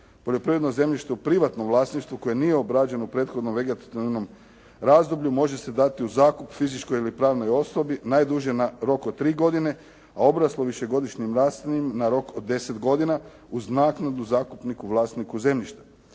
Poljoprivredno zemljište u privatnom vlasništvu koje nije obrađeno prethodno vegetativnom razdoblju može se dati u zakup fizičkoj ili pravnoj osobi najduže na rok od 3 godine, a obraslo višegodišnjem raslinjem na rok od 10 godina uz naknadu zakupniku vlasniku zemljišta.